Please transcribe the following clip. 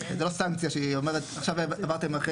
זה לא סנקציה שהיא אומרת עכשיו העברתם אחרי